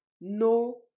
no